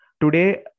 today